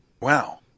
Wow